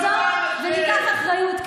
ולשם אנחנו נחזור וניקח אחריות.